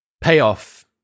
payoff